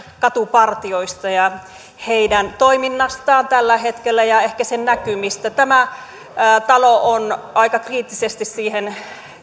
katupartioista ja heidän toiminnastaan tällä hetkellä ja ehkä sen näkymistä tämä talo on aika kriittisesti siihen